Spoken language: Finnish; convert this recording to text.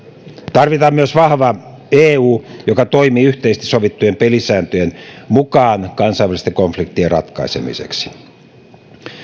tarvitaan myös vahva eu joka toimii yhteisesti sovittujen pelisääntöjen mukaan kansainvälisten konfliktien ratkaisemiseksi